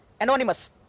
anonymous